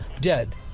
dead